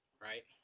Right